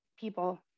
people